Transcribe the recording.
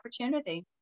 opportunity